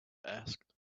asked